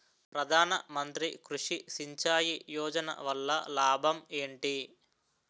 ప్రధాన మంత్రి కృషి సించాయి యోజన వల్ల లాభం ఏంటి?